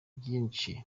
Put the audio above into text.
byinshi